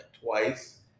twice